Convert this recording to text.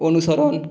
অনুসরণ